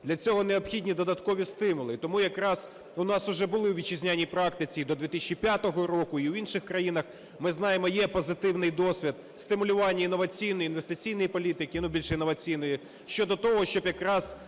Для цього необхідні додаткові стимули. І тому якраз у нас уже були у вітчизняній практиці і до 2005 року, і в інших країнах, ми знаємо, є позитивний досвід стимулювання інноваційної, інвестиційної політики (ну, більше інноваційної) щодо того, щоб якраз